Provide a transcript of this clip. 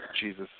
Jesus